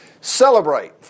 celebrate